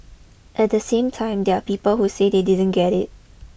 at the same time there are people who say they didn't get it